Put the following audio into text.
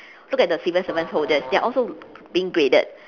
look at the civil servants holders they are also being graded